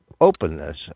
openness